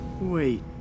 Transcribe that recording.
Wait